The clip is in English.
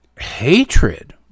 hatred